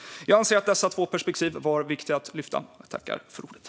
Jag anser att dessa två perspektiv är viktiga att lyfta fram.